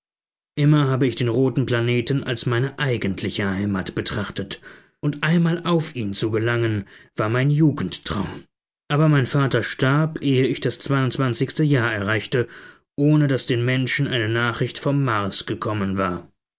immer habe ich den roten planeten als meine eigentliche heimat betrachtet und einmal auf ihn zu gelangen war mein jugendtraum aber mein vater starb ehe ich das zweiundzwanzigste jahr erreichte ohne daß den menschen eine nachricht vom mars gekommen war